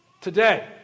Today